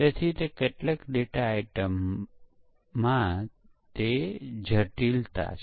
તેથી તેઓએ ભૂલોને ઘટાડવાની જરૂર છે